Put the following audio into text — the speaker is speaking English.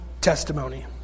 testimony